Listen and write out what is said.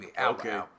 Okay